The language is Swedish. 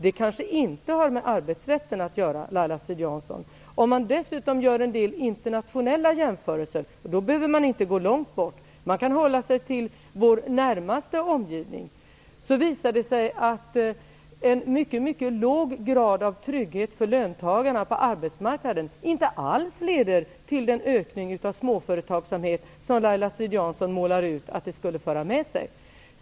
Det kanske inte har med arbetsrätten att göra, Laila Strid Om man dessutom gör en del internationella jämförelser -- och då behöver man inte gå långt bort, utan kan hålla sig till vår närmaste omgivning -- visar det sig att en mycket låg grad av trygghet för löntagarna på arbetsmarknaden inte alls leder till den ökning av småföretagsamhet som Laila Strid-Jansson utmålar att den skulle föra med sig.